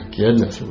goodness